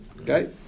Okay